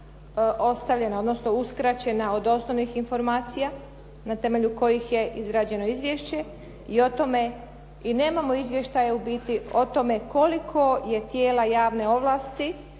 često uskraćena od osnovnih informacija na temelju kojih je izrađeno izvješće i o tome i nemamo izvještaja u biti koliko je tijela javne ovlasti